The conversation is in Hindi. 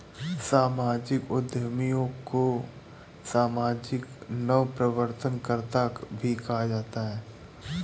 सामाजिक उद्यमियों को सामाजिक नवप्रवर्तनकर्त्ता भी कहा जाता है